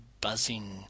buzzing